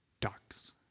ducks